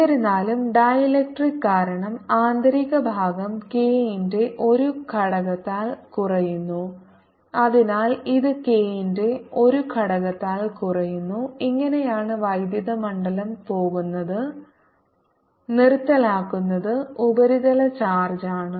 എന്നിരുന്നാലും ഡീലക്ട്രിക് കാരണം ആന്തരിക ഭാഗം k ന്റെ ഒരു ഘടകത്താൽ കുറയുന്നു അതിനാൽ ഇത് k ന്റെ ഒരു ഘടകത്താൽ കുറയുന്നു ഇങ്ങനെയാണ് വൈദ്യുത മണ്ഡലം പോകുന്നത് നിർത്തലാക്കുന്നത് ഉപരിതല ചാർജ് ആണ്